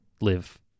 live